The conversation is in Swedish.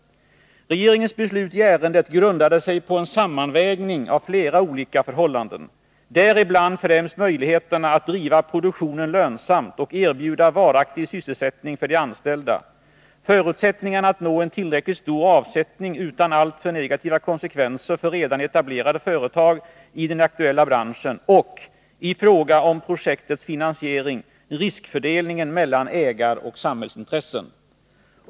Regeringens beslut i ärendet grundade sig på en sammanvägning av flera olika förhållanden, däribland främst möjligheterna att driva produktionen lönsamt och erbjuda varaktig sysselsättning för de anställda, förutsättningarna att nå en tillräckligt stor avsättning utan alltför negativa konsekvenser för redan etablerade företag i den aktuella branschen och — i fråga om projektets finansiering — riskfördelningen mellan ägaroch samhällsintressen.